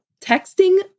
Texting